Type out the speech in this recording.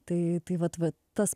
tai tai vat va tas